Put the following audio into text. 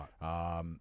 Right